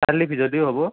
কালি ভিজালেও হ'ব